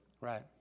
Right